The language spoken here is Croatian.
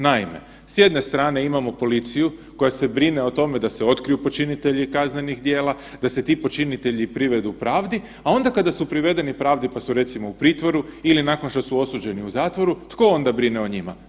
Naime, s jedne strane imamo policiju koja se brine o tome da se otkriju počinitelji kaznenih djela, da se ti počinitelji privedu pravdi, a onda kada su privedeni pravdi pa su, recimo, u pritvoru ili nakon što su osuđeni u zatvoru, tko onda brine o njima?